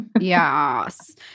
Yes